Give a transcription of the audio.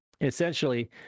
essentially